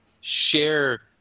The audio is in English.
share